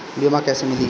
बीमा कैसे मिली?